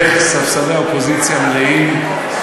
איך ספסלי האופוזיציה מלאים,